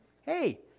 Hey